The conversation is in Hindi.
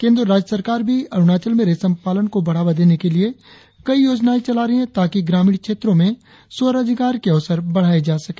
केंद्र और राज्य सरकार भी अरुणाचल में रेशम पालन को बढ़ावा देने के लिए कई योजनाएं चला रही है ताकि ग्रामीण क्षेत्रों में स्वरोजगार के अवसर बढ़ाया जा सके